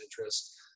interest